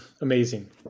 Amazing